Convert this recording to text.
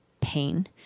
pain